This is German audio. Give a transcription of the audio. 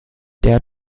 der